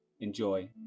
enjoy